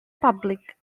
public